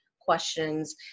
questions